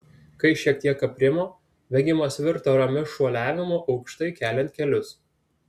kai šiek tiek aprimo bėgimas virto ramiu šuoliavimu aukštai keliant kelius